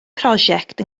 prosiect